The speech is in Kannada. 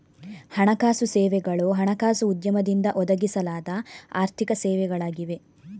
ಹಣಕಾಸು ಸೇವೆಗಳು ಹಣಕಾಸು ಉದ್ಯಮದಿಂದ ಒದಗಿಸಲಾದ ಆರ್ಥಿಕ ಸೇವೆಗಳಾಗಿವೆ